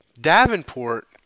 Davenport